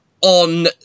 on